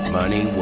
money